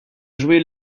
jouer